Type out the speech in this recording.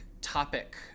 topic